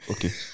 Okay